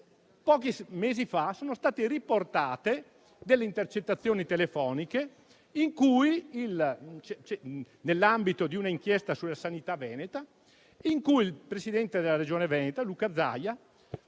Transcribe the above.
Pochi mesi fa sono state riportate delle intercettazioni telefoniche, nell'ambito di un'inchiesta sulla sanità veneta, in cui il presidente della Regione Veneto Luca Zaia